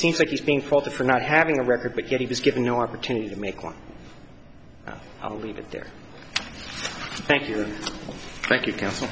seems like he's been faulted for not having a record but he was given the opportunity to make one i'll leave it there thank you thank you counsel